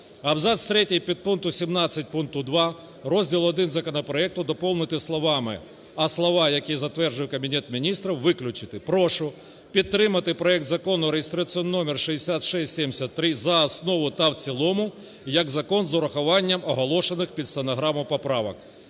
Абзац 3 підпункту 17 пункту 2 розділу І законопроекту доповнити словами: а слова "які затверджує Кабінет Міністрів" виключити. Прошу підтримати проект Закону реєстраційний номер 6673 за основу та в цілому як закон з врахуванням, оголошених під стенограму поправок.